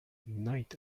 knight